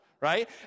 right